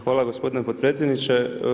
Hvala gospodine potpredsjedniče.